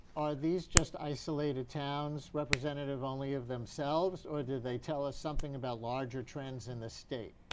are these just isolated towns representative only of themselves or do they tell us something about larger friends and the state?